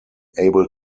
able